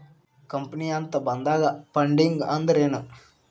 Company ಅಂತ ಬಂದಾಗ funding ಅಂದ್ರೆನು?